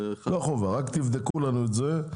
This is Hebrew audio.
רק תבדקו לנו את זה,